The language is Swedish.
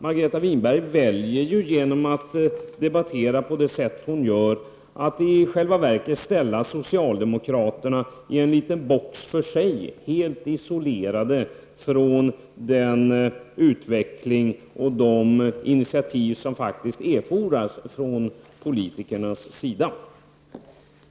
Margareta Winberg väljer genom att debattera på det sätt hon gör att i själva verket ställa socialdemokraterna i en liten box för sig, helt isolerade från den utveckling och de initiativ som faktiskt erfordras från politikernas sida.